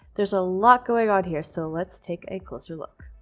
there's a lot going on here, so let's take a closer look,